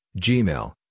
Gmail